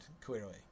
clearly